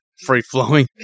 free-flowing